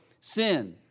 sin